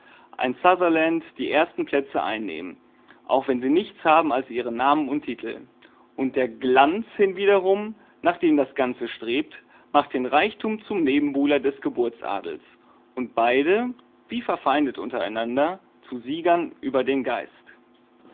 ein sutherland die ersten plätze einnehmen auch wenn sie nichts haben als ihren namen und titel und der glanz hinwiederum nach dem das ganze strebt macht den reichtum zum nebenbuhler des geburtsadels und beide wie verfeindet untereinander zu siegern über den geist